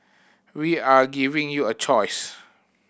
we are giving you a choice